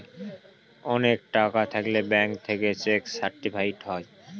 অনেক টাকা থাকলে ব্যাঙ্ক থেকে চেক সার্টিফাইড হয়